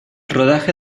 rodaje